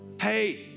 Hey